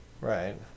right